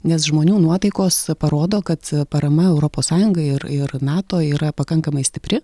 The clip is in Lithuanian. nes žmonių nuotaikos parodo kad parama europos sąjungai ir ir nato yra pakankamai stipri